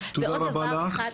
עוד דבר אחד.